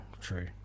true